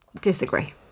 Disagree